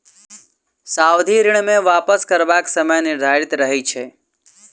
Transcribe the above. सावधि ऋण मे वापस करबाक समय निर्धारित रहैत छै